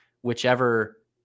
whichever